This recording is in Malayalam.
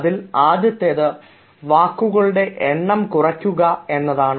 അതിൽ ആദ്യത്തെ വാക്കുകളുടെ എണ്ണം കുറയ്ക്കുക എന്നതാണ്